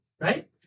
right